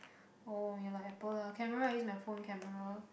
orh you like Apple lah camera I use my phone camera